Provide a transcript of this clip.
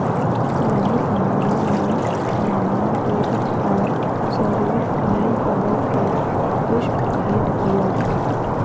मैंने समारोह में मेहमान को उपहार स्वरुप नील कमल का पुष्प भेंट किया